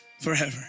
forever